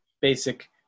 basic